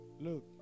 Look